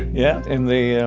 yeah, in the,